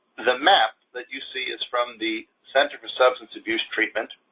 the map that you see is from the center for substance abuse treatment.